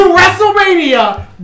WrestleMania